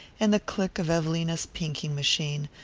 and the click of evelina's pinking-machine,